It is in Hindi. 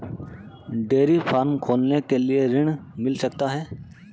डेयरी फार्म खोलने के लिए ऋण मिल सकता है?